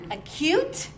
acute